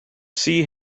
sea